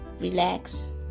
relax